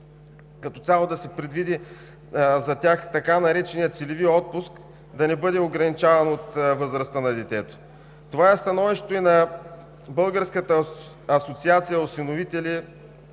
като цяло да се предвиди така нареченият „целеви отпуск“ да не бъде ограничаван от възрастта на детето. Това е становището и на Българската асоциация „Осиновени